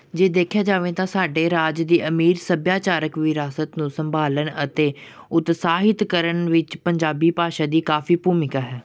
ਜੇ ਦੇਖਿਆ ਜਾਵੇ ਤਾਂ ਸਾਡੇ ਰਾਜ ਦੀ ਅਮੀਰ ਸੱਭਿਆਚਾਰਕ ਵਿਰਾਸਤ ਨੂੰ ਸੰਭਾਲਣ ਅਤੇ ਉਤਸ਼ਾਹਿਤ ਕਰਨ ਵਿੱਚ ਪੰਜਾਬੀ ਭਾਸ਼ਾ ਦੀ ਕਾਫੀ ਭੂਮਿਕਾ ਹੈ